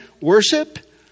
worship